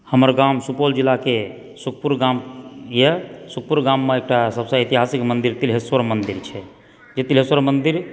हमर गाम सुपौल जिलाके सुखपुर गाम यऽ सुखपुर गाममे एकटा सबसँ एतिहासिक मन्दिर तिलहेश्वर मन्दिर छै जे तिलहेश्वर मन्दिर